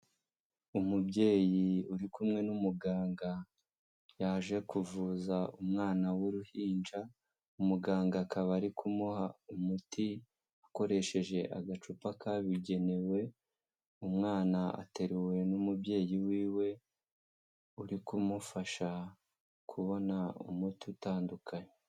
Umubyeyi uri kumwe n'umuganga yaje kuvuza umwana w'uruhinja, umuganga akaba ari kumuha umuti akoresheje agacupa kabugenewe, umwana ateruwe n'umubyeyi wiwe uri kumufasha kubona umuti utandukanye.